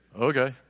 Okay